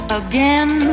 again